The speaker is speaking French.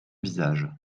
visage